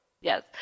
Yes